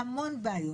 המון בעיות.